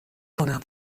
کنم